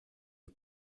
une